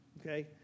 okay